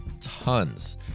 tons